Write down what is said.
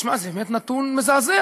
תשמע, זה באמת נתון מזעזע.